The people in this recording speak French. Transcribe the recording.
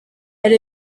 elle